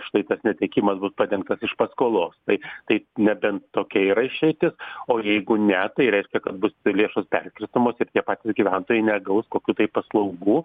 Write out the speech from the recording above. štai tas netekimas bus padengtas iš paskolos tai tai nebent tokia yra išeitis o jeigu ne tai reiškia kad bus lėšos perskirstomos ir tie patys gyventojai negaus kokių tai paslaugų